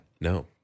No